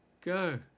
Go